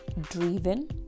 driven